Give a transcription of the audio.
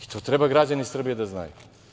To treba građani Srbije da znaju.